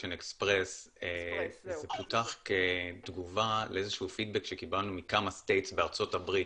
Express פותח כתגובה לאיזשהו פידבק מכמה מדינות בארצות הברית